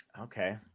Okay